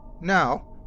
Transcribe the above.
Now